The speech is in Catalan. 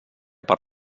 per